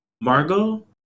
Margot